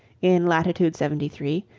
in latitude seventy three,